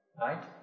Right